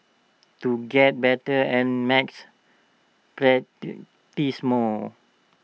to get better at maths practise more